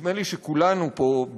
נדמה לי שכולנו פה,